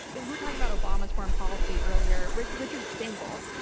and were talking about obama's foreign policy earlier. richard richard stengel,